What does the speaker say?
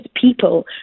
people